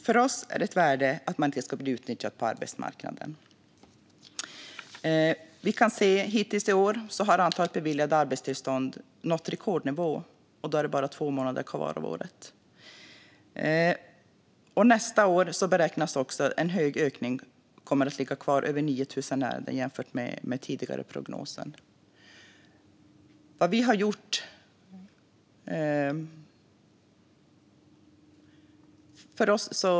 Fru talman! För oss finns det ett värde i att man inte ska bli utnyttjad på arbetsmarknaden. Vi kan se att antalet beviljade arbetstillstånd hittills i år, då det bara är två månader kvar av året, har nått rekordnivåer. Och nästa år beräknas en stor ökning ligga kvar, över 9 000 ärenden, jämfört med den tidigare prognosen.